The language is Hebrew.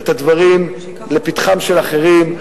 את הדברים לפתחם של אחרים.